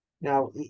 Now